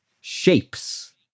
shapes